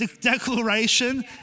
declaration